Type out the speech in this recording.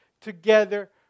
together